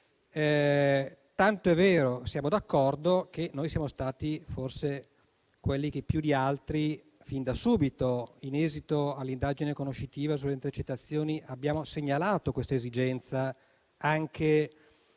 Tanto è vero che siamo d'accordo che siamo stati forse quelli che più di altri, fin da subito, in esito all'indagine conoscitiva sulle intercettazioni, hanno segnalato questa esigenza anche